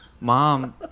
mom